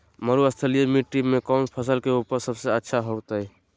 मरुस्थलीय मिट्टी मैं कौन फसल के उपज सबसे अच्छा होतय?